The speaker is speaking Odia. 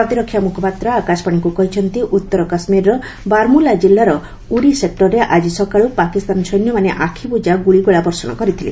ପ୍ରତିରକ୍ଷା ମୁଖପାତ୍ର ଆକାଶବାଣୀକୁ କହିଛନ୍ତି ଉତ୍ତର କାଶ୍ମୀରର ବାରମୁଲ୍ଲା କିଲ୍ଲାର ଉରି ସେକ୍ଟରରେ ଆଜି ସକାଳୁ ପାକିସ୍ତାନ ସୈନ୍ୟମାନେ ଆଖିବୁଜା ଗୁଳିଗୋଳା ବର୍ଷଣ କରିଥିଲେ